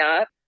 up